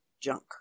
junk